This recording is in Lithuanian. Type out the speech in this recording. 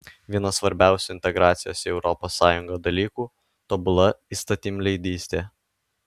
vienas svarbiausių integracijos į europos sąjungą dalykų tobula įstatymleidystė